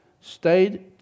stayed